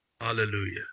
Hallelujah